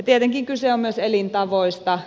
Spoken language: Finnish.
tietenkin kyse on myös elintavoista